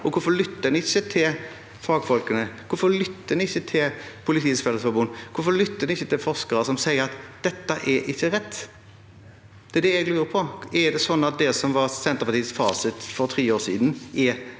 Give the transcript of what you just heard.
Hvorfor lytter en ikke til fagfolkene, hvorfor lytter en ikke til Politiets Fellesforbund, hvorfor lytter en ikke til forskere som sier at dette ikke er rett? Det lurer jeg på. Er det slik at det som var Senterpartiets fasit for tre år siden,